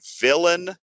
villain